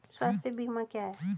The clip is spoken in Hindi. स्वास्थ्य बीमा क्या है?